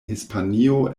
hispanio